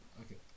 Okay